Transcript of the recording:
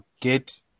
get